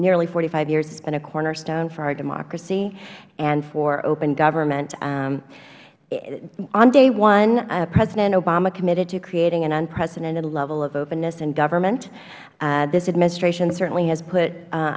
nearly forty five years has been a cornerstone for our democracy and for open government on day one president obama committed to creating an unprecedented level of openness in government this administration certainly has put